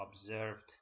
observed